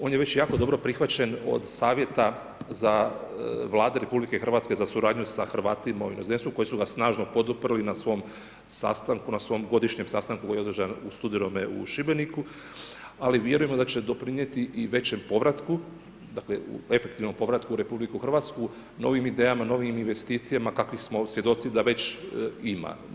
On je već jako dobro prihvaćen od Savjeta Vlade RH za suradnju sa Hrvatima u inozemstvu koji su ga snažno poduprli na svom sastanku, na svom godišnjem sastanku koji je održan u studenome u Šibeniku ali vjerujem da će doprinijeti i većem povratku, dakle u efektivnom povratku u RH novim idejama, novim investicijama kakvih smo svjedoci da već ima.